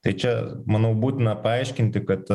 tai čia manau būtina paaiškinti kad